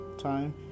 time